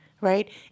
right